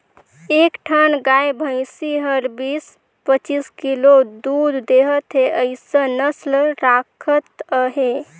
एक ठन गाय भइसी हर बीस, पचीस किलो दूद देहत हे अइसन नसल राखत अहे